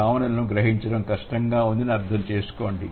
భావనలను గ్రహించడం కష్టంగా ఉందని అర్థం చేసుకోండి